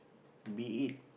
be it